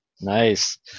Nice